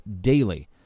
daily